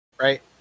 right